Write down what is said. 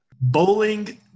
Bowling